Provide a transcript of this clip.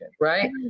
right